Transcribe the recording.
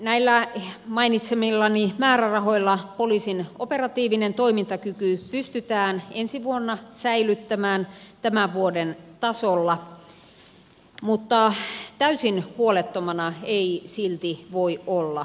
näillä mainitsemillani määrärahoilla poliisin operatiivinen toimintakyky pystytään ensi vuonna säilyttämään tämän vuoden tasolla mutta täysin huolettomana ei silti voi olla